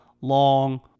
long